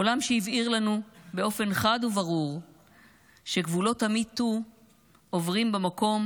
עולם שהבהיר לנו באופן חד וברור שגבולות ה-MeToo עוברים במקום